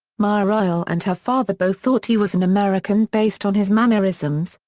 mireille and her father both thought he was an american based on his mannerisms,